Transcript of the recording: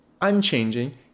unchanging